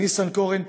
אבי ניסנקורן,